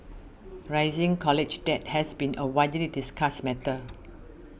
rising college debt has been a widely discussed matter